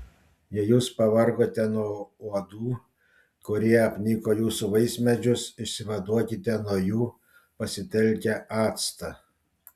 jei jūs pavargote nuo uodų kurie apniko jūsų vaismedžius išsivaduokite nuo jų pasitelkę actą